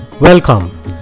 Welcome